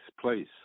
place